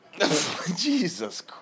Jesus